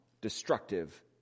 destructive